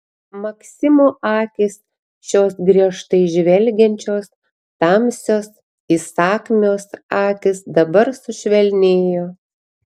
maksimo akys šios griežtai žvelgiančios tamsios įsakmios akys dabar sušvelnėjo